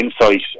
insight